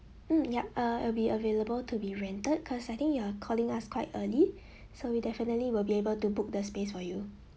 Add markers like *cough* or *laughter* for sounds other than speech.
hmm ya uh it'll be available to be rented cause I think you're calling us quite early *breath* so we definitely will be able to book the space for you